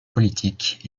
politiques